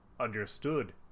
understood